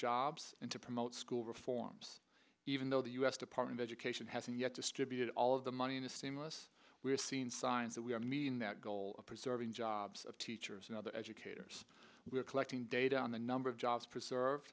jobs and to promote school reforms even though the u s department of education hasn't yet distributed all of the money in the stimulus we have seen signs that we are meeting that goal of preserving jobs of teachers and other educators we are collecting data on the number of jobs preserve